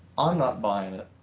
i'm not buying it.